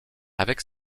avec